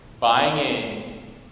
buying